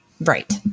Right